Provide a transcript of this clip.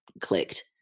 clicked